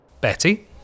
Betty